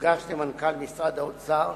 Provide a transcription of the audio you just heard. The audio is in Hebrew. שהוגש למנכ"ל משרד האוצר,